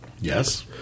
Yes